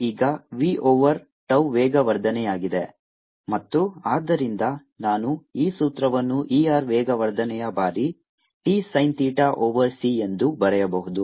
ಈಗ v over tau ವೇಗವರ್ಧನೆಯಾಗಿದೆ ಮತ್ತು ಆದ್ದರಿಂದ ನಾನು ಈ ಸೂತ್ರವನ್ನು E r ವೇಗವರ್ಧನೆಯ ಬಾರಿ t sin theta over c ಎಂದು ಬರೆಯಬಹುದು